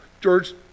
George